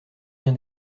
bien